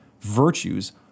virtues